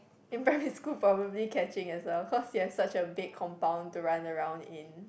in primary school properly catching itself cause it was such a big compound to run around in